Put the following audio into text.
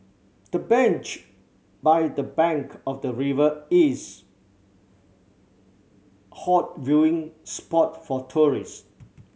the bench by the bank of the river is hot viewing spot for tourists